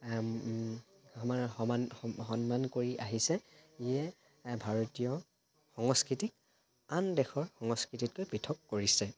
সমান সমান সন্মান কৰি আহিছে ইয়ে ভাৰতীয় সংস্কৃতিক আন দেশৰ সংস্কৃতিতকৈ পৃথক কৰিছে